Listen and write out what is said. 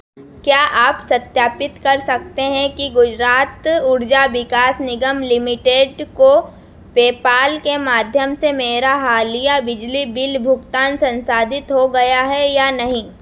क्या आप सत्यापित कर सकते हैं कि गुजरात ऊर्जा विकास निगम लिमिटेड को पेपाल के माध्यम से मेरा हालिया बिजली बिल भुगतान संसाधित हो गया है या नहीं